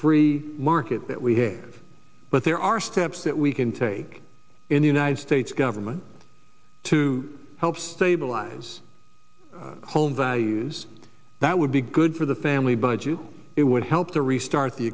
free market that we hate but there are steps that we can take in the united states government to help stabilize home values that would be good for the family budget it would help to restart the